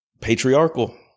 patriarchal